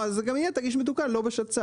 אז גם יהיה תגיש מתוקן לא בשצ"פ.